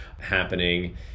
happening